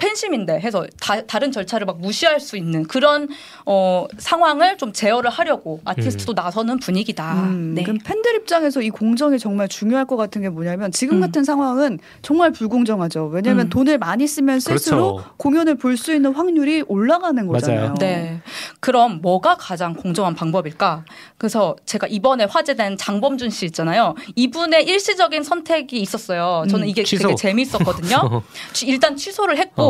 팬심인데 해서 다- 다른 절차를 막 무시할 수 있는 그런, 어, 상황을 좀 제어를 하려고 아티스트도 음. 나서는 분위기다. 음, 그럼 네. 팬들 입장에서 이 공정이 정말 중요할 것 같은 게 뭐냐면 지금 음. 같은 상황은 정말 불공정하죠. 왜냐면 음. 돈을 많이 쓰면 쓸수록 그렇죠. 공연을 볼 수 있는 확률이 올라가는 맞아요. 거잖아요. 네. 그럼 뭐가 가장 공정한 방법일까? 그래서 제가 이번에 화제된 장범준 씨 있잖아요. 이분의 일시적인 선택이 있었어요. 저는 음. 이게 되게 취소. 재밌었거든요. 취- 일단 취소를 했고 어,